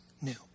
new